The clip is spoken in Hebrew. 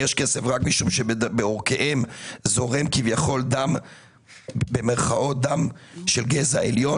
יש כסף רק משום שבעורקיהם זורם כביכול דם של "גזע עליון"?